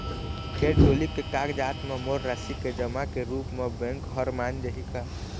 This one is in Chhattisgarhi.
खेत डोली के कागजात म मोर राशि के जमा के रूप म बैंक हर मान जाही का?